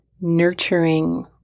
nurturing